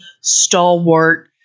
stalwart